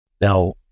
Now